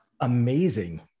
amazing